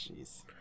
jeez